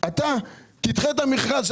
אתה תדחה את המכרז.